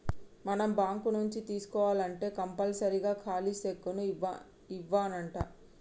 మనం బాంకు నుంచి తీసుకోవాల్నంటే కంపల్సరీగా ఖాలీ సెక్కును ఇవ్యానంటా